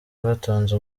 batonze